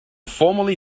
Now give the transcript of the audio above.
formally